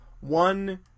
one